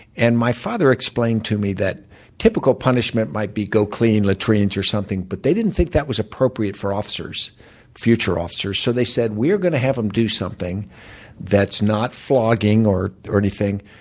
and my father explained to me that typical punishment might be go clean latrines, or something, but they didn't think that was appropriate for future officers. so they said, we're going to have them do something that's not flogging, or or anything.